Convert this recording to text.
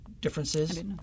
differences